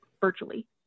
virtually